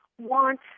want